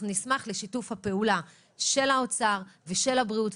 אנחנו נשמח לשיתוף הפעולה של האוצר ושל הבריאות,